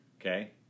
Okay